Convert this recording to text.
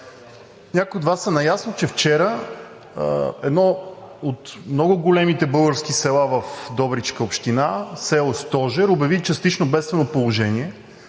Някои от Вас са наясно, че вчера едно от много големите български села в Добричка община – село Стожер, обяви частично бедствено положение